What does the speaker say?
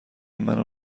منو